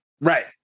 right